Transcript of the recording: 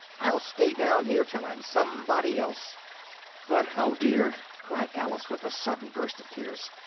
i'll stay down here till i'm somebody else but, oh dear! cried alice with a sudden burst of tears,